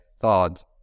thought